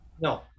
No